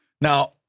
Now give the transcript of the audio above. Now